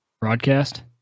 broadcast